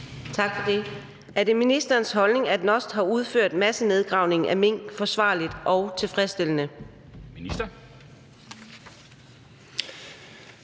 Adsbøl (DF): Er det ministerens holdning, at NOST har udført massenedgravningen af mink forsvarligt og tilfredsstillende?